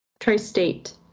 Tri-state